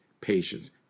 patience